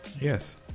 Yes